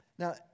Now